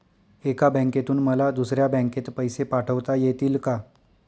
एका बँकेतून मला दुसऱ्या बँकेत पैसे पाठवता येतील का?